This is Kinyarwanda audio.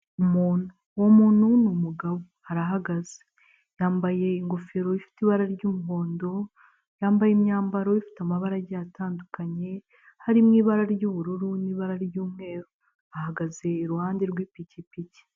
Umuntu, uwo muntu ni umugabo arahagaze, yambaye ingofero ifite ibara ry'umuhondo, yambaye imyambaro ifite amabara agiye atandukanye, harimo ibara ry'ubururu n'ibara ry'umweru, ahagaze iruhande rw'ipikipiki.